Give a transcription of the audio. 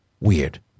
Weird